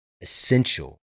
essential